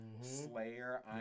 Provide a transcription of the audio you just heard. Slayer